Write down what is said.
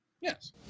yes